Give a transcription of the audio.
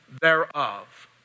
thereof